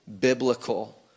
biblical